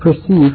perceive